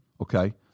okay